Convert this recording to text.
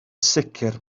sicr